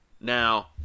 Now